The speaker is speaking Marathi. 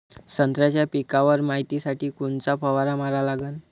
संत्र्याच्या पिकावर मायतीसाठी कोनचा फवारा मारा लागन?